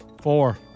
Four